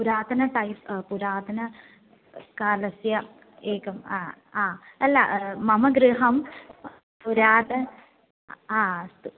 पुरातन टैप् पुरातनकालस्य एकम् अल्ल मम गृहं पुरातनं हा अस्तु